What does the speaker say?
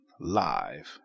live